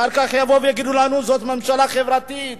אחר כך יבואו ויגידו לנו: זאת ממשלה חברתית.